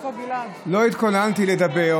חבריי חברי הכנסת, לא התכוננתי לדבר,